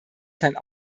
kein